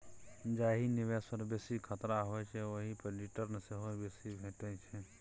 जाहि निबेश पर बेसी खतरा होइ छै ओहि पर रिटर्न सेहो बेसी भेटै छै